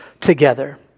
together